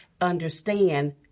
understand